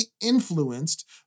influenced